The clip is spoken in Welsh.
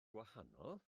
gwahanol